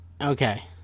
Okay